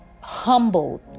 humbled